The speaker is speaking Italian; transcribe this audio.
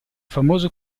famoso